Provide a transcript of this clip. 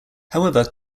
however